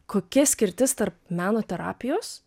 kokia skirtis tarp meno terapijos